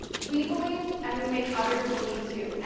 we believe, and we make others believe too, ah